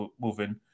moving